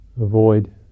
avoid